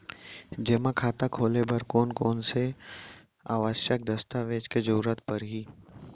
जेमा खाता खोले बर कोन कोन से आवश्यक दस्तावेज के जरूरत परही?